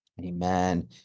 Amen